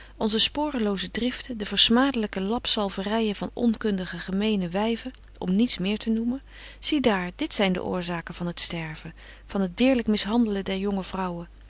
onze sporeloze driften de versmadelyke lapzalveryen van onkundige gemene wyven om niets meer te noemen zie daar dit zyn de oorzaken van het sterven van het deerlyk mishandelen der jonge vrouwen